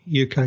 UK